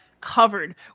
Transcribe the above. covered